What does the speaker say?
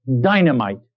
dynamite